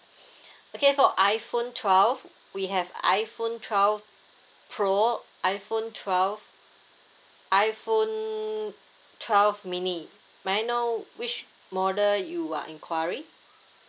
okay for iPhone twelve we have iPhone twelve pro iPhone twelve iPhone twelve mini may I know which model you are inquiry